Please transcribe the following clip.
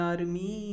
Army